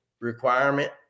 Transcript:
requirement